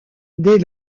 dès